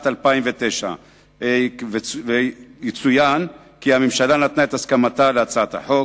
2009. יצוין כי הממשלה נתנה את הסכמתה להצעת החוק.